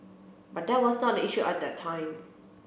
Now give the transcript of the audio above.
but that was not the issue at that time